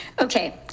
Okay